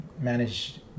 manage